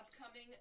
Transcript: upcoming